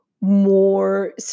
more